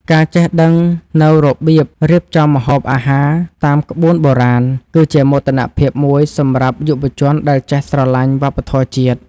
ការចេះដឹងនូវរបៀបរៀបចំម្ហូបអាហារតាមក្បួនបុរាណ គឺជាមោទនភាពមួយសម្រាប់យុវជនដែលចេះស្រឡាញ់វប្បធម៌ជាតិ។